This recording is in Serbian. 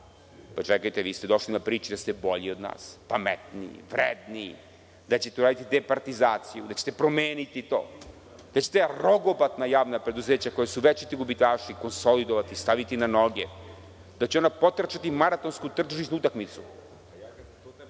Čekajte, vi ste došli na priči da ste bolji od nas, pametniji, vredniji, da ćete uraditi departizaciju, da ćete promeniti to, da će ta rogobatna javna preduzeća koja su večiti gubitaši, konsolidovati, staviti na noge, da će ona potrčati maratonsku tržišnu utakmicu. Pitanje